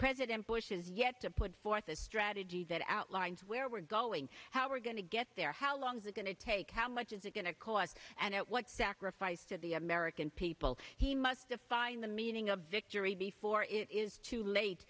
president bush has yet to put forth a strategy that outlines where we're going now we're going to get there how long is it going to take how much is it going to cost and what sacrifice to the american people he must define the meaning of victory before it is too late